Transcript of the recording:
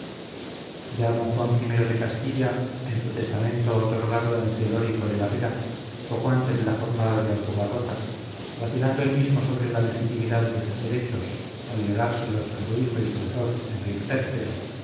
ya don juan i de castilla en su testamento otorgado en celórico de la vera poco antes de la jornada de aljubarrota vacilando él mismo sobre la legitimidad de sus derechos al legárselos a su hijo y sucesor enrique